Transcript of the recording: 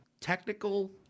technical